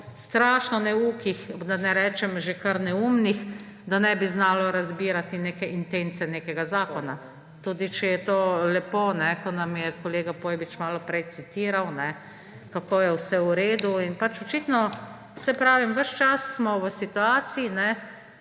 strašno neukih, da ne rečem že kar neumnih, da ne bi znalo razbirati neke intence nekega zakona. Tudi če je to lepo, ko nam je kolega Pojbič malo prej citiral, kako je vse v redu. Saj pravim, ves čas smo v situaciji,